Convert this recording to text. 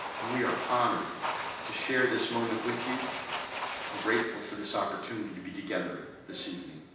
and we are honored to share this moment with you, and grateful for this opportunity to be together this evening.